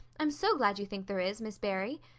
i'm so glad you think there is, miss barry.